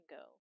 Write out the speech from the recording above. go